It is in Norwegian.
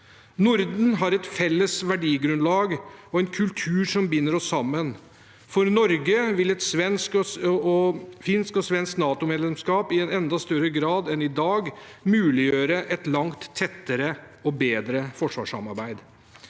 Norden har et felles verdigrunnlag og en kultur som binder oss sammen. For Norge vil et finsk og et svensk NATO-medlemskap i en enda større grad enn i dag muliggjøre et langt tettere og bedre forsvarssamarbeid.